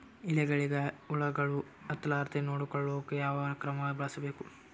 ಎಲೆಗಳಿಗ ಹುಳಾಗಳು ಹತಲಾರದೆ ನೊಡಕೊಳುಕ ಯಾವದ ಕ್ರಮ ಬಳಸಬೇಕು?